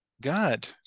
god